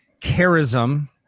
charism